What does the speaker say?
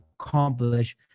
accomplish